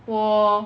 我